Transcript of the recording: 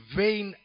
vain